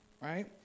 right